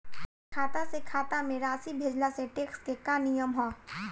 खाता से खाता में राशि भेजला से टेक्स के का नियम ह?